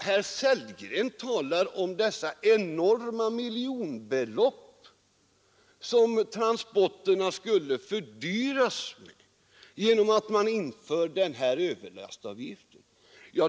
Herr Sellgren talar om dessa enorma miljonbelopp som transporterna skulle fördyras med genom att man inför den här överlastavgiften.